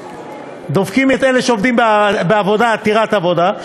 דופקים את אלה שעובדים בעבודה עתירת עבודה,